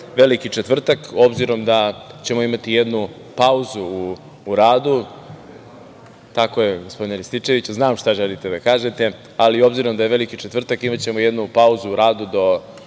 Veliki četvrtak, obzirom da ćemo imati jednu pauzu u radu, tako je gospodine Rističeviću, znam šta želite da kažete, ali obzirom da je Veliki četvrtak imaćemo jednu pauzu u radu do